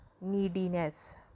neediness